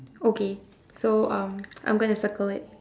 okay so um I'm gonna circle it